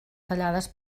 tallades